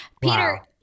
Peter